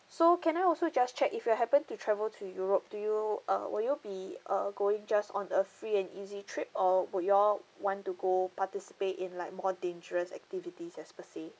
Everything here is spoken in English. so can I also just check if you happen to travel to europe do you uh will you be uh going just on a free and easy trip or would you all want to go participate in like more dangerous activities as per se